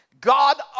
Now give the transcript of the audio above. God